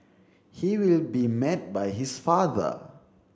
he will be met by his father